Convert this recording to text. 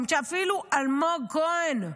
שאפילו אלמוג כהן,